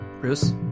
Bruce